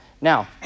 Now